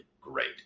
great